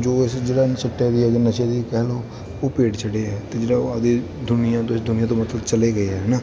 ਜੋ ਇਸ ਜਿਹੜਾ ਨਸ਼ਾ ਚਿੱਟੇ ਦੀ ਜਾਂ ਨਸ਼ੇ ਦੀ ਕਹਿ ਲਉ ਉਹ ਭੇਂਟ ਚੜ੍ਹੇ ਹੈ ਅਤੇ ਜਿਹੜਾ ਉਹ ਆਪਦੀ ਦੁਨੀਆ ਤੋਂ ਦੁਨੀਆ ਤੋਂ ਮਤਲਬ ਚਲੇ ਗਏ ਆ ਹੈ ਨਾ